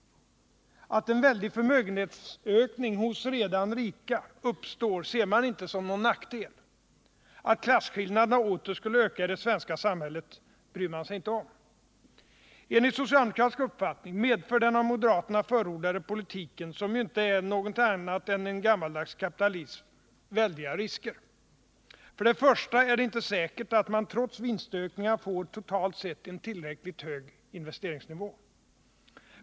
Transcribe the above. Att en väldig förmögenhetsökning hos redan rika uppstår ser man inte som någon nackdel. Att klasskillnaderna åter skulle öka i det svenska samhället bryr man sig inte om. Enligt socialdemokratisk uppfattning medför den av moderaterna förordade politiken, som ju inte innebär något annat än en gammaldags kapitalism, väldiga risker. För det första är det inte säkert att man trots vinstökningarna får totalt sett en tillräckligt hög investeringsnivå.